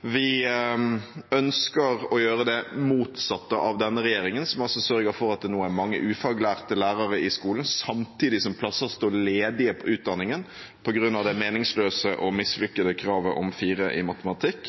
Vi ønsker å gjøre det motsatte av det denne regjeringen gjør, som altså sørger for at det nå er mange ufaglærte lærere i skolen, samtidig som plasser står ledige på utdanningen på grunn av det meningsløse og mislykkede karakterkravet om 4 i matematikk.